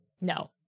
no